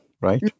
right